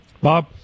Bob